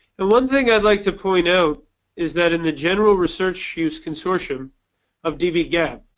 and one thing i'd like to point out is that in the general research use consortium of dbgap,